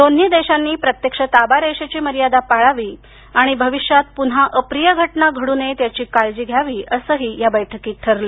दोन्ही देशांनी प्रत्यक्ष ताबा रेषेची मर्यादा पाळावी आणि भविष्यात पुन्हा अप्रीय घटना घडू नयेत याची काळजी घ्यावी असं ही या बैठकीत ठरलं